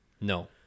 No